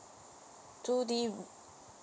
two D